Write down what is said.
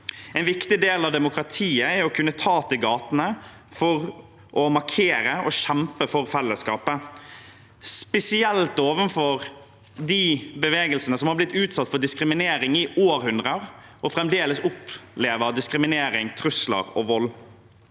En viktig del av demokratiet er å kunne ta til gatene for å markere og kjempe for fellesskapet, spesielt overfor de bevegelsene som har blitt utsatt for diskriminering i århundrer, og som fremdeles opplever diskriminering, trusler og vold.